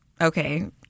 okay